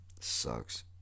sucks